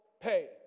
pay